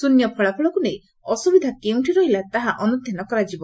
ଶ୍ରନ ଫଳାଫଳକୁ ନେଇ ଅସୁବିଧା କେଉଁଠି ରହିଲା ତାହା ଅନୁଧ୍ୟାନ କରାଯିବ